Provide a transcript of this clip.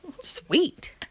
Sweet